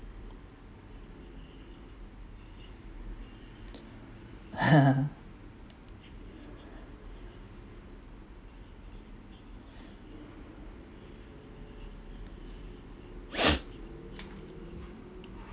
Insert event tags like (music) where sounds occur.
(laughs) (noise)